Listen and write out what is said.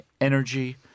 energy